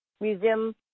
museum